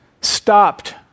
stopped